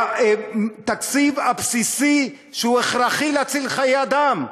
והתקציב הבסיסי שהוא הכרחי להציל חיי אדם,